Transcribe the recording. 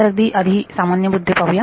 तर आधी सामान्य मुद्दे पाहूया